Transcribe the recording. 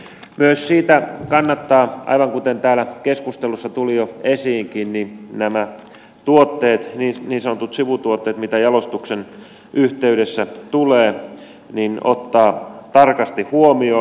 myös siitä kannattaa aivan kuten täällä keskustelussa tulikin jo esiin nämä tuotteet niin sanotut sivutuotteet mitä jalostuksen yhteydessä tulee ottaa tarkasti huomioon